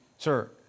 Sir